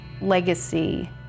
legacy